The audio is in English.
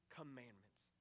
commandments